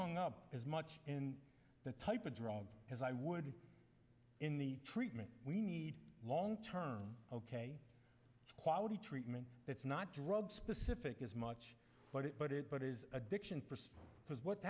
hung up as much in the type of drug as i would in the treatment we need long term ok quality treatment it's not drug specific as much but it but it but it is addiction because what